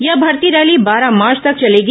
यह भर्ती रैली बारह मार्च तक चलेगी